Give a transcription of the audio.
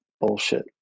bullshit